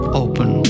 open